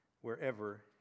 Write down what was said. wherever